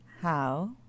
How